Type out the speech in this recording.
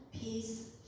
peace